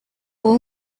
all